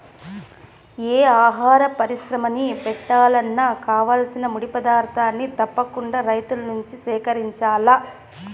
యే ఆహార పరిశ్రమని బెట్టాలన్నా కావాల్సిన ముడి పదార్థాల్ని తప్పకుండా రైతుల నుంచే సేకరించాల